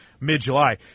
mid-July